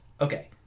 Okay